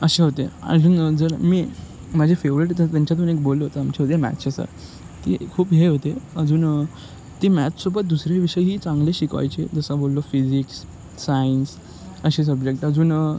असे होते अजून जर मी माझे फेवरेट तर त्यांच्यातून एक बोललो तर आमचे होते मॅथ्सचे सर ती खूप हे होते अजून ती मॅथ्सोबत दुसरी विषयही चांगले शिकवायचे जसा बोललो फिजिक्स सायन्स असे सब्जेक्ट अजून